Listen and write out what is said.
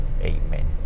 Amen